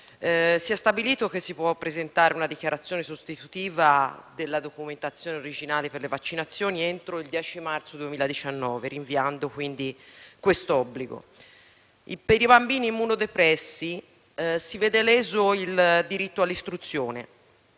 si è stabilito che si può presentare una dichiarazione sostitutiva della documentazione originale per le vaccinazioni entro il 10 marzo 2019, rinviando quindi questo obbligo. Per i bambini immunodepressi si vede leso il diritto all'istruzione,